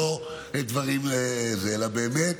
אלא באמת,